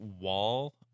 wall